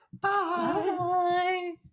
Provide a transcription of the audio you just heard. Bye